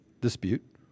dispute